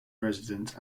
resident